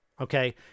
Okay